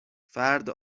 فرد